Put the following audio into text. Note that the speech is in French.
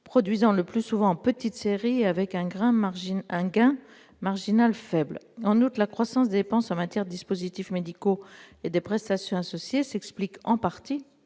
produisant le plus souvent en petites séries et avec un gain marginal faible. En outre, la croissance des dépenses en matière de dispositifs médicaux et de prestations associées s'explique en partie